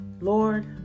Lord